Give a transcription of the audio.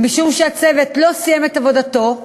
ומשום שהצוות לא סיים את עבודתו,